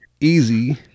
Easy